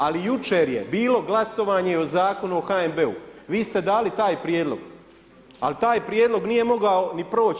Ali jučer je bilo glasovanje o Zakonu o HNB-u, vi ste dali taj prijedlog ali taj prijedlog nije mogao ni proći.